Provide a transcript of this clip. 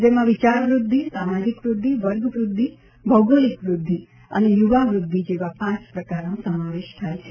જેમાં વિચાર વૃધ્ધિ સામાજિક વૃધ્ધિ વર્ગ વૃધ્ધિ ભોગોલિક વૃધ્ધિ અને યુવા વૃધ્ધિ જેવા પાંચ પ્રકારનો સમાવેશ થાય છે